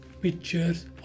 pictures